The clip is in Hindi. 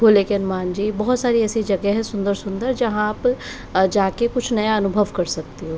खोले के हनुमान जी बहुत सारी ऐसी जगह हैं सुंदर सुंदर जहाँ आप जाकर कुछ नया अनुभव कर सकते हो